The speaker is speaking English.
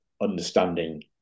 understanding